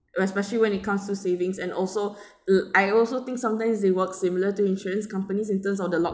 especially when it comes to savings and also uh I also think sometimes they worked similar to insurance companies in terms of the lock